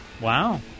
Wow